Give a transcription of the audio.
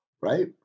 Right